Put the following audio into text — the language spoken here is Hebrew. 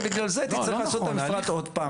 בגלל זה תצטרך לעשות את המפרט עוד פעם.